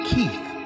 Keith